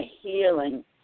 healing